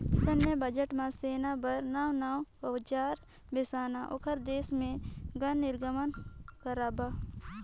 सैन्य बजट म सेना बर नवां नवां अउजार बेसाना, ओखर देश मे गन निरमान करबा